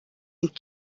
and